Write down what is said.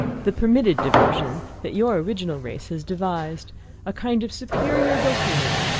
the permitted diversion, that your original race has devised a kind of superior bohemia,